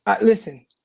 listen